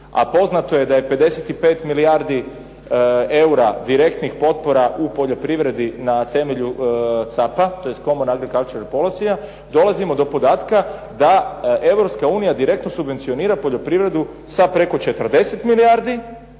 a poznato je da je 55 milijardi eura direktnih potpora u poljoprivredi na temelju CAP-a, tj. Common agricultural policy dolazimo do podatka, da Europska unija direktno subvencionira poljoprivredu sa preko 40 milijardi